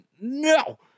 no